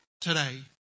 today